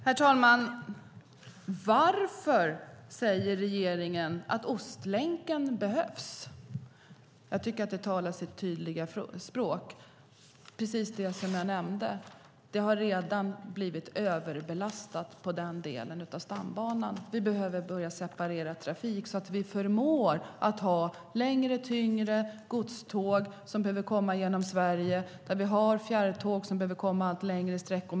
Herr talman! Ja, varför säger regeringen att Ostlänken behövs? Jag tycker att svaret ger sig självt. Precis som jag nämnde är den delen av stambanan redan överbelastad. Vi behöver börja separera trafik, så att vi förmår ha längre och tyngre godståg som behöver köra genom Sverige och fjärrtåg som behöver köra allt längre sträckor.